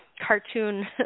cartoon